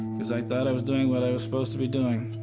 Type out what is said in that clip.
because i thought i was doing what i was supposed to be doing.